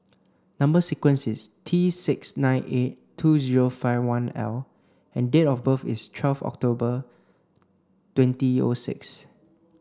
number sequence is T six nine eight two zero five one L and date of birth is twelve October twenty O six